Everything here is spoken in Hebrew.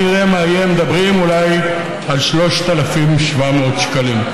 נראה מה יהיה, מדברים אולי על 3,700 שקלים.